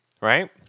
Right